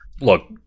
look